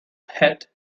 het